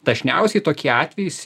dažniausiai tokie atvejais